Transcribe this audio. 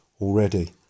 already